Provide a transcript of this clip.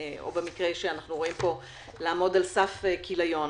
או במקרה שאנחנו רואים פה לעמוד על סף כיליון.